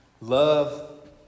Love